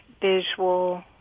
visual